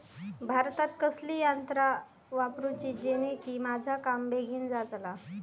भातात कसली यांत्रा वापरुची जेनेकी माझा काम बेगीन जातला?